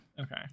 okay